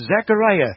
Zechariah